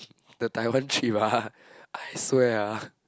the Taiwan trip ah I swear ah